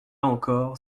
encore